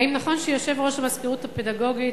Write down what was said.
האם נכון שיושב-ראש המזכירות הפדגוגית,